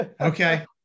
okay